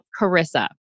Carissa